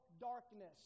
darkness